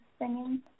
singing